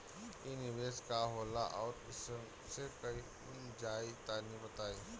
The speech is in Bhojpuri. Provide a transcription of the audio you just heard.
इ निवेस का होला अउर कइसे कइल जाई तनि बताईं?